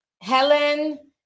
Helen